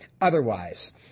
otherwise